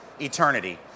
Eternity